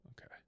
okay